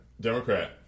Democrat